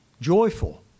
joyful